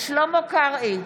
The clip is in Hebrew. שלמה קרעי,